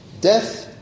death